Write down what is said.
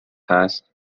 هست